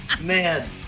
man